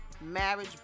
marriage